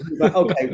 okay